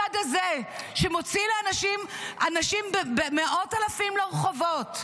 אולי, הצד שמפסיד כבר שלושה עשורים,